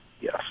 yes